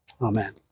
Amen